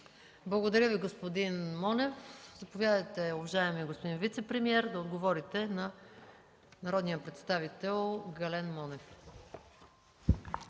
Благодаря Ви, господин Монев. Заповядайте, уважаеми господин вицепремиер, да отговорите на народния представител Гален Монев.